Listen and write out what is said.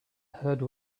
heard